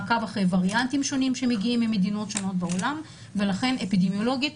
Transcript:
מעקב אחרי וריאנטים שונים שמגיעים ממדינות שונות בעולם ולכן אפידמיולוגית